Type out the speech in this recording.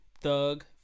Thug